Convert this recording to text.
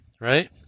Right